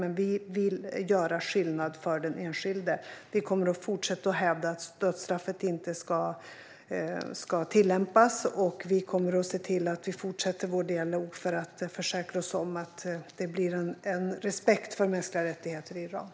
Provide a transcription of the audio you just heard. Men vi vill göra skillnad för den enskilde. Vi kommer att fortsätta hävda att dödsstraff inte ska tillämpas, och vi kommer att fortsätta vår dialog för att försäkra oss om att det blir en respekt för mänskliga rättigheter i Iran.